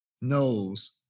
knows